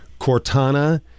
Cortana